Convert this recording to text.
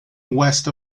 west